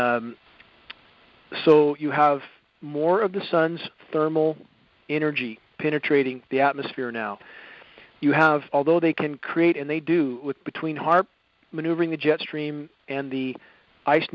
so you have more of the sun's thermal energy penetrating the atmosphere now you have although they can create and they do with between hard maneuvering the jet stream and the ice